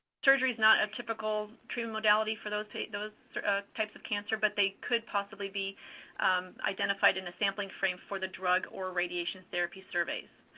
surgery's not a typical treatment modality for those types those sort of types of cancer, but they could possibly be identified in a sampling frame for the drug or radiation therapy surveys.